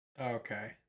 Okay